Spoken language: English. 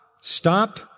Stop